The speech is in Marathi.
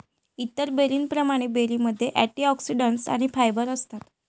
इतर बेरींप्रमाणे, बेरीमध्ये अँटिऑक्सिडंट्स आणि फायबर असतात